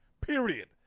period